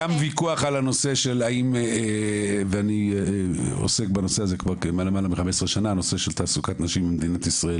גם ויכוח על הנושא של תעסוקת נשים חרדיות במדינת ישראל